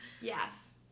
Yes